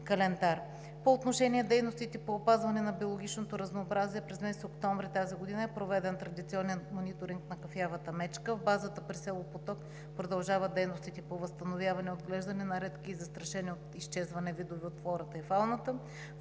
По отношение дейностите по опазване на биологичното разнообразие през месец октомври тази година е проведен традиционен мониторинг на кафявата мечка в базата при село Поток, продължават дейностите по възстановяване и отглеждане на редки и застрашени от изчезване видове от флората и фауната.